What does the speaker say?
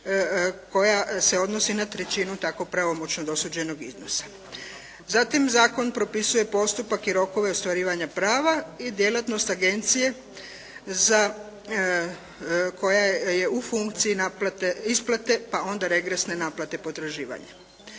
koja se odnosi na trećinu tako pravomoćno dosuđenog iznosa. Zatim zakon propisuje postupak i rokove ostvarivanja prava i djelatnost agencije za, koja je u funkciji naplate, isplate pa onda regresne naplate potraživanja.